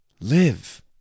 live